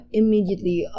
immediately